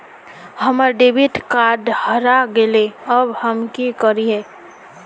हमर debit card हरा गेले अब हम की करिये?